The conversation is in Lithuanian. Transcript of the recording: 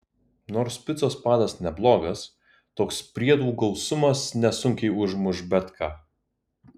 nors picos padas neblogas toks priedų gausumas nesunkiai užmuš bet ką